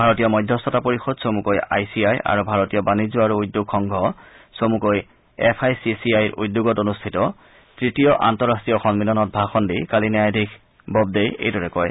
ভাৰতীয় মধ্যস্থতা পৰিষদ চমুকৈ আই চি আই আৰু ভাৰতীয় বাণিজ্য আৰু উদ্যোগ সংঘ চমুকৈ এফ আই চি চি আইৰ উদ্যোগত অনুষ্ঠিত তৃতীয় আন্তঃৰাষ্ট্ৰীয় সন্মিলনত ভাষণ দি কালি ন্যায়াধীশ ববডেই এইদৰে কয়